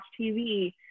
TV